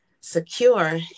secure